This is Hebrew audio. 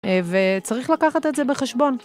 וצריך לקחת את זה בחשבון.